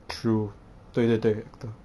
true 对对对